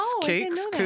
cakes